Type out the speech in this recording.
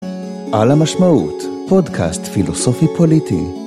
על המשמעות פודקאסט פילוסופי-פוליטי